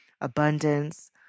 abundance